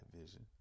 vision